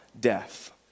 death